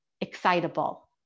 excitable